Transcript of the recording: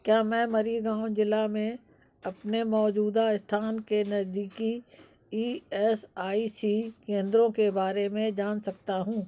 क्या मैं मरीगाँव ज़िला में अपने मौजूदा स्थान के नज़दीकी ई एस आई सी केंद्रों के बारे में जान सकता हूँ